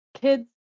kids